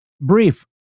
brief